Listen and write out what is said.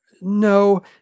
no